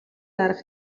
дарга